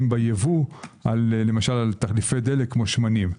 בייבוא למשל על תחליפי דלק כמו שמנים.